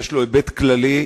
ויש לו היבט כללי,